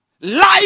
Life